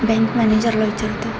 bank मॅनेजरला विचारतो